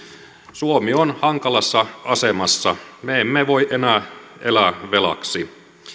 suomi on hankalassa asemassa me emme voi enää elää velaksi